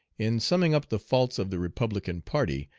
in summing up the faults of the republican party,